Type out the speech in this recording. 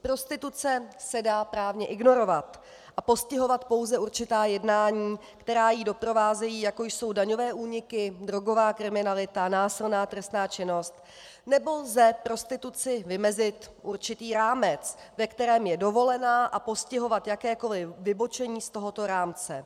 Prostituce se dá právně ignorovat a postihovat pouze určitá jednání, která ji doprovázejí, jako jsou daňové úniky, drogová kriminalita, násilná trestná činnost, nebo lze prostituci vymezit určitý rámec, ve kterém je dovolená, a postihovat jakékoli vybočení z tohoto rámce.